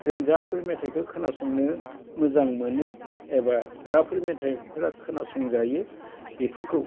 जों जाफोर मेथाइखौ खोनासंनो मोजां मोनो एबा जाफोर मेथाइफोरा खोनासंजायो बेफोरखौ